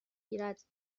گیرد